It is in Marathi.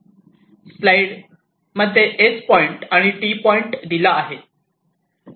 स्लाईड मध्ये S पॉईंट आणि T पॉईंट दिला आहे